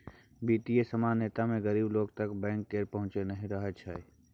बित्तीय असमानता मे गरीब लोक तक बैंक केर पहुँच नहि रहय छै